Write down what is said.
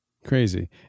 Crazy